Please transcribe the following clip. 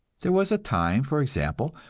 there was a time, for example,